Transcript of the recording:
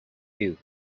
view